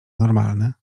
normalny